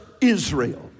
Israel